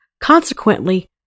Consequently